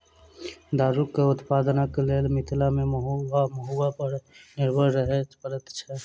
दारूक उत्पादनक लेल मिथिला मे महु वा महुआ पर निर्भर रहय पड़ैत छै